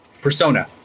persona